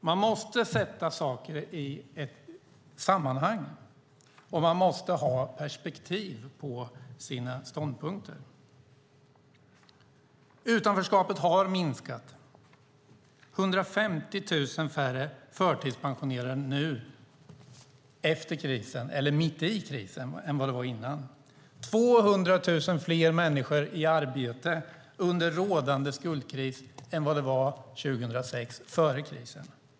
Man måste sätta saker i ett sammanhang och man måste ha perspektiv på sina ståndpunkter. Utanförskapet har minskat. 150 000 färre förtidspensioneras mitt i krisen än före. 200 000 fler människor är i arbete under rådande skuldkris än det var 2006, före krisen.